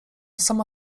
sama